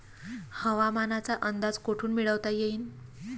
हवामानाचा अंदाज कोठून मिळवता येईन?